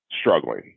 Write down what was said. struggling